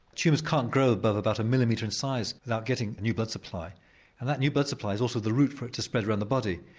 tumours can't grow above about a millimetre in size without getting new blood supply and that new blood supply is also the route for it to spread around the body.